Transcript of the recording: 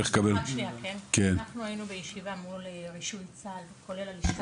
אנחנו היינו בישיבה מול רישוי צה"ל כולל הלשכה